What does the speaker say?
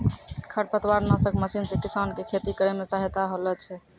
खरपतवार नासक मशीन से किसान के खेती करै मे सहायता होलै छै